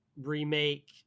remake